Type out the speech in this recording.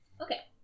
Okay